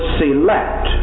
select